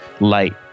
light